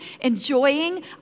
enjoying